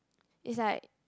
it's like